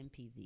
MPV